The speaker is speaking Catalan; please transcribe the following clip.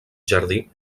jardí